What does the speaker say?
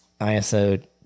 ISO